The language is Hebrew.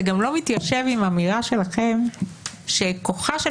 זה גם לא מתיישב עם האמירה שלכם שכוחה של